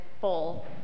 full